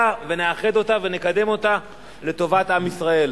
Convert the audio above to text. ונאחד אותה ונקדם אותה לטובת עם ישראל.